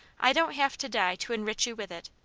i don't have to die to enrich you with it,